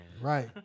right